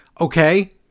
Okay